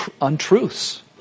untruths